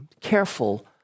careful